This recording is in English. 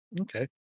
Okay